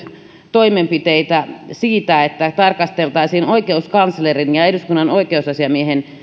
toimenpiteitä siitä että tarkasteltaisiin oikeuskanslerin ja eduskunnan oikeusasiamiehen